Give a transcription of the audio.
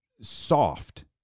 soft